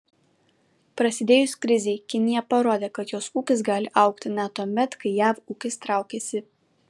prasidėjus krizei kinija parodė kad jos ūkis gali augti net tuomet kai jav ūkis traukiasi